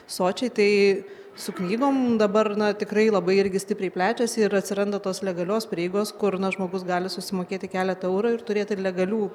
sočiai tai su knygom dabar na tikrai labai irgi stipriai plečiasi ir atsiranda tos legalios prieigos kur na žmogus gali susimokėti keletą eurų ir turėti legalių